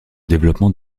développement